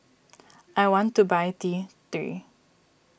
I want to buy T three